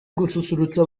gususurutsa